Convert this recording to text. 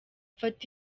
fata